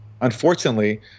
unfortunately